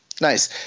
Nice